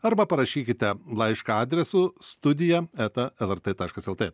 arba parašykite laišką adresu studija eta lrt taškas lt